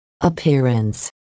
appearance